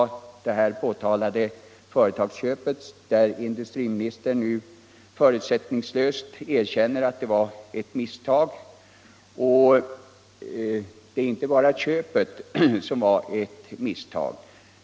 En orsak var det påtalade företagsköpet, som industriministern nu förbehållslöst erkänner var ett misstag. Men det var inte bara köpet som var ett misstag.